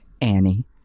Annie